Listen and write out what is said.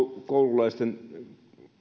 koululaisten